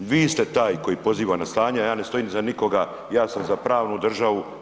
Vi ste taj koji poziva na stanje, ja ne stojim iza nikoga, ja sam za pravnu državu.